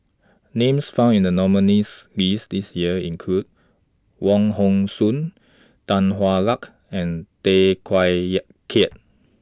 Names found in The nominees' list This Year include Wong Hong Suen Tan Hwa Luck and Tay Teow Kiat